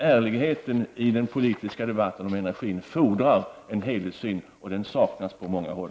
Ärligheten i den politiska debatten om energin fordrar en helhetssyn, och den saknas på många håll.